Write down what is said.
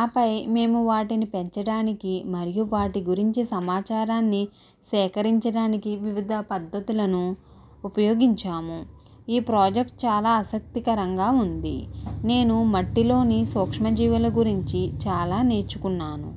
ఆపై మేము వాటిని పెంచడానికి మరియు వాటి గురించి సమాచారాన్ని సేకరించడానికి వివిధ పద్ధతులను ఉపయోగించాము ఈ ప్రాజెక్ట్ చాలా ఆసక్తికరంగా ఉంది నేను మట్టిలోని సూక్ష్మజీవుల గురించి చాలా నేర్చుకున్నాను